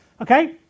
Okay